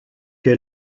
que